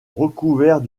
recouverts